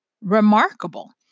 remarkable